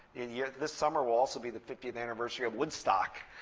yeah this summer will also be the fiftieth anniversary of woodstock,